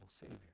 savior